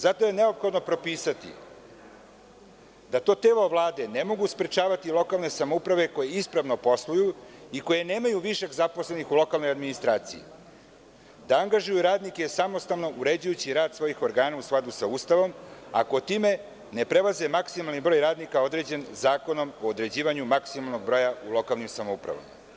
Zato je neophodno propisati da to telo Vlade ne mogu sprečavati lokalne samouprave, koje ispravno posluju i koje nemaju višak zaposlenih u lokalnoj administraciji, da angažuju radnike samostalno, uređujući rad svojih organa u skladu sa Ustavom, ako time ne prelaze maksimalni broj radnika određen Zakonom o određivanju maksimalnog broja u lokalnim samoupravama.